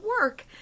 work